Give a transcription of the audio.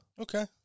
Okay